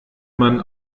man